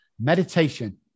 meditation